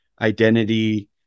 identity